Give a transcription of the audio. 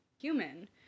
human